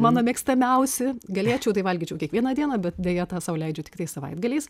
mano mėgstamiausi galėčiau tai valgyčiau kiekvieną dieną bet deja tą sau leidžiu tiktai savaitgaliais